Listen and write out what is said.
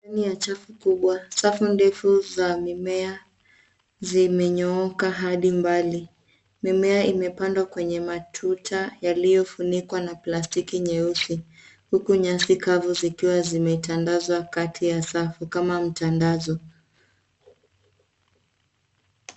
Ndani ya chafu kubwa, safu ndefu za mimea zimenyooka hadi mbali. Mimea imepandwa kwenye matuta yaliyofunikwa na plastiki nyeusi huku nyasi kavu zikiwa zimetandazwa kati ya safu kama mtandazo.